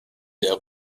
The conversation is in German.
der